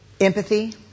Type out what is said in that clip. Empathy